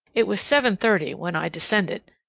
it was seven thirty when i descended,